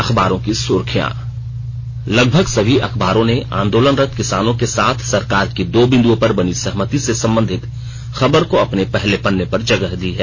अखबारों की सुर्खियां लगभग सभी अखबारों ने आंदोलनरत किसानों के साथ सरकार की दो बिंदुओं पर बनी सहमति से संबंधित खबर को अपने पहले पन्ने पर जगह दी है